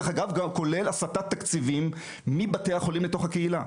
ודרך אגב גם כולל הסטת תקציבים מבתי החולים לתוך הקהילה.